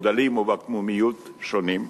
בגדלים ובעקמומיוּת שונים.